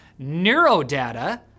neurodata